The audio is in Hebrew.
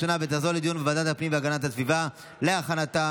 לוועדת הפנים והגנת הסביבה נתקבלה.